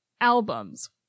albums